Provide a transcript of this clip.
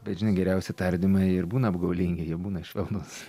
bet žinai geriausi tardymai ir būna apgaulingi jie būna švelnūs